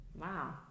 Wow